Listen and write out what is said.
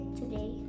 today